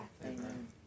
Amen